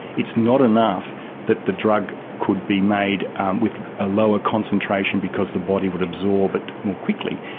it's not enough that the drug could be made with a lower concentration because the body would absorb it more quickly,